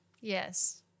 Yes